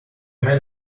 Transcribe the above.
man